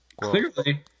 Clearly